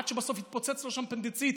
עד שבסוף התפוצץ לו אפנדיציט,